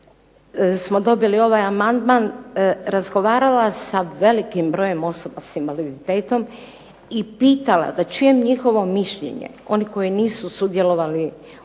smo dobili ovaj amandman razgovarala sa velikim brojem osoba sa invaliditetom i pitala da čujem njihovo mišljenje oni koji nisu sudjelovali u analizi